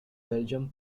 belgium